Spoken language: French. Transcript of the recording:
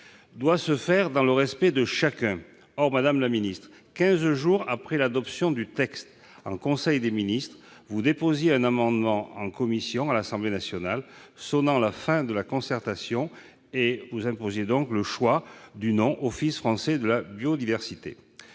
doit se faire dans le respect de chacun. Or, madame la secrétaire d'État, quinze jours après l'adoption du texte en conseil des ministres, vous déposiez un amendement en commission à l'Assemblée nationale sonnant la fin de la concertation et imposant le nom « Office français de la biodiversité